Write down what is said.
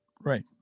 Right